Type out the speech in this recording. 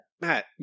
Matt